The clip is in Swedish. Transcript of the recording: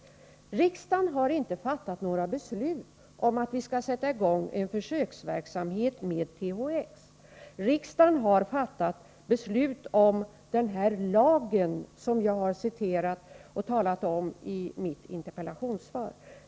Riksdagen har inte fattat några beslut om att vi skall sätta i gång en försöksverksamhet med THX. Däremot har riksdagen fattat ett beslut om den lag som jag citerade ur och som jag skrivit omi mitt interpellationssvar.